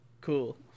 Cool